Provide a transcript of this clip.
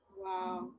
Wow